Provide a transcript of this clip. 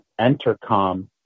Entercom